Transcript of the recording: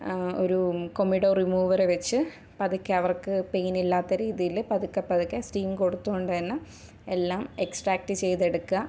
ഒരു comedo remover വച്ച് പതുക്കെ അവർക്ക് പെയിനില്ലാത്ത രീതിയിൽ പതുക്കെ പതുക്കെ സ്റ്റീം കൊടുത്തുകൊണ്ടുതന്നെ എല്ലാം എക്സ്ട്രാക്ട് ചെയ്തെടുക്കുക